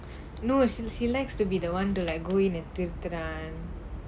no she she likes to be the [one] to like go in and திருத்தூரன்:thiruthuraan